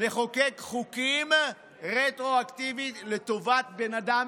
נחוקק חוקים רטרואקטיבית לטובת בן אדם